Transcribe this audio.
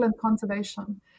conservation